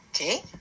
Okay